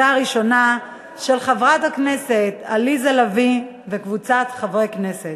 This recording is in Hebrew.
של חברת הכנסת עליזה לביא וקבוצת חברי הכנסת,